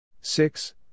six